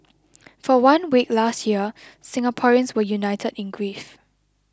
for one week last year Singaporeans were united in grief